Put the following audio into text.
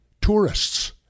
Tourists